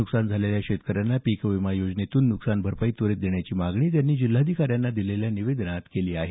नुकसान झालेल्या शेतकऱ्यांना पीक विमा योजनेतून नुकसान भरपाई त्वरित देण्याची मागणी त्यांनी जिल्हाधिकाऱ्यांना दिलेल्या निवेदनात केली आहे